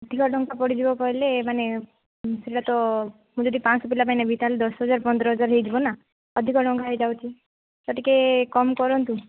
ଅଧିକ ଟଙ୍କା ପଡ଼ିଯିବ କହିଲେ ମାନେ ସେଇଟା ତ ମୁଁ ଯଦି ପାଞ୍ଚ ଶହ ପିଲା ପାଇଁ ନେବି ତାହେଲେ ଦଶହଜାର ପନ୍ଦର ହଜାର ହେଇଯିବ ନା ଅଧିକ ଟଙ୍କା ହେଇଯାଉଛି ତ ଟିକେ କମ୍ କରନ୍ତୁ